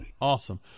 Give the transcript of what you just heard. Awesome